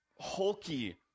hulky